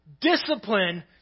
discipline